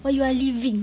oh you are leaving